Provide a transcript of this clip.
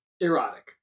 erotic